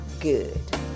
good